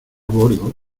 bordo